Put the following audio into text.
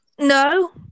no